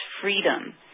freedom